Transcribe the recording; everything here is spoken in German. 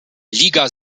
liga